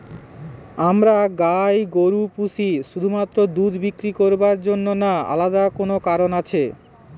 আমরা গাই গরু পুষি শুধুমাত্র দুধ বিক্রি করার জন্য না আলাদা কোনো কারণ আছে?